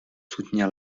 soutenir